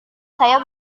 saya